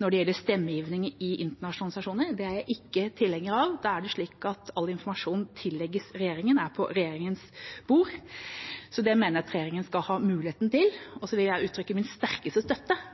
når det gjelder stemmegivning i internasjonale organisasjoner. Det er jeg ikke tilhenger av. Da er det slik at all informasjon tillegges regjeringen og er på regjeringens bord, så det mener jeg at regjeringen skal ha muligheten til. Jeg vil uttrykke min sterkeste støtte